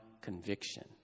conviction